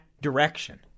direction